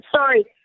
Sorry